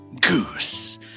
Goose